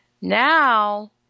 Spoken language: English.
now